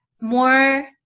more